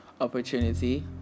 opportunity